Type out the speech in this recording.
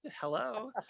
hello